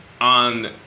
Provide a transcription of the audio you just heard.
on